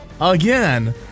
again